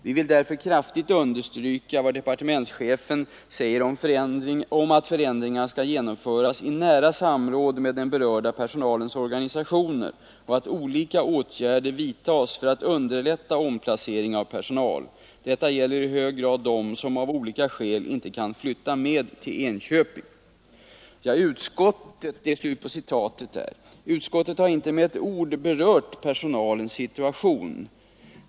Vi vill därför kraftigt understryka vad departementschefen säger om att förändringarna skall genomföras i nära samråd med den berörda personalens organisationer och att olika åtgärder vidtas för att underlätta omplacering av personal. Detta gäller i hög grad dem som av olika skäl inte kan flytta med till Enköping.” Utskottet har inte med ett ord berört personalens situation.